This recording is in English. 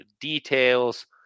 details